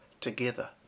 together